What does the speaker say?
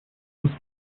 was